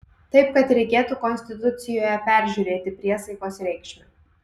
taip kad reikėtų konstitucijoje peržiūrėti priesaikos reikšmę